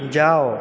ଯାଅ